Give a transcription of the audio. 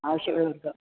ആവശ്യവുള്ളവർക്ക്